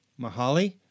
Mahali